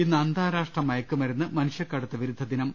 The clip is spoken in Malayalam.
ഇന്ന് അന്താരാഷ്ട്ര മയക്കുമരുന്ന് മനുഷ്യക്കടത്ത് വിരുദ്ധദിനം